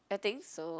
I think so